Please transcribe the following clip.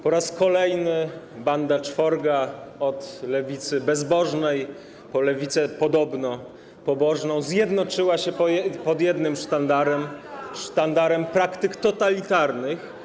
Po raz kolejny banda czworga, od lewicy bezbożnej po lewicę podobno pobożną, zjednoczyła się pod jednym sztandarem praktyk totalitarnych.